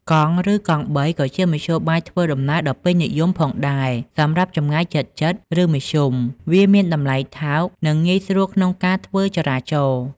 កង់ ឬកង់បី ក៏ជាមធ្យោបាយធ្វើដំណើរដ៏ពេញនិយមផងដែរសម្រាប់ចម្ងាយជិតៗ ឬមធ្យម វាមានតម្លៃថោក និងងាយស្រួលក្នុងការធ្វើចរាចរណ៍។